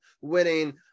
winning